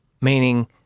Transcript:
Meaning